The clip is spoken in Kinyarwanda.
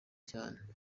cyane